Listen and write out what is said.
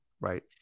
right